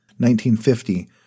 1950